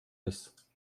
ist